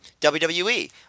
WWE